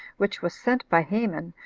which was sent by haman,